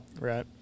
Right